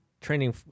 training